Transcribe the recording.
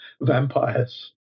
vampires